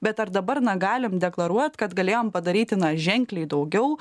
bet ar dabar na galim deklaruot kad galėjom padaryti na ženkliai daugiau